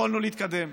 יכולנו להתקדם.